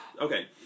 Okay